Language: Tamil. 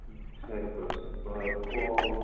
ம் சரி ப்ரோ செரி ப்ரோ இப்போ